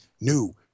New